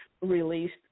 released